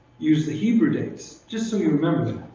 use the hebrew dates. just so you'll remember that.